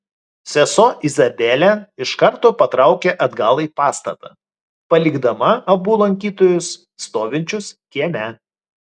sesuo izabelė iš karto patraukė atgal į pastatą palikdama abu lankytojus stovinčius kieme